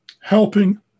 helping